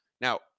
Now